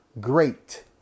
great